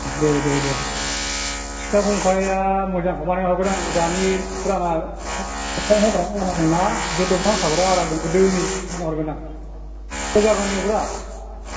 दे दे दे सिखा खंखाइया मोजांखौ बानायनानै हरगोन आं बे दानि फुराना अनथाइ हाग्रा लहा दं ना बे दंफां हाखावग्रा आला दं गोदोनि बेजों बानायनानै हरगोन आं ओमफ्राय बागान एवग्रा